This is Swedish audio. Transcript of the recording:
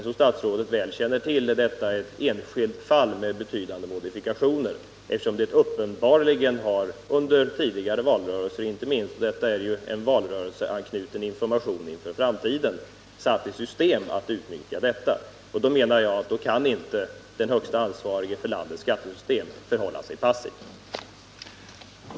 Som statsrådet väl känner till är detta att betrakta som ett enskilt fall med betydande modifikationer, eftersom man uppenbarligen under tidigare valrörelser — och det handlar ju här om en valrörelseanknuten information inför framtiden — har satt i system att utnyttja möjligheten att undandra sig beskattning på det här sättet. Mot den bakgrunden kan inte enligt min mening den som ytterst är ansvarig för landets skattesystem förhålla sig passiv. Herr talman! Per Unckel borde inte beklaga att jag svarar på det här sättet.